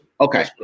okay